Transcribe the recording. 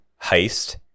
heist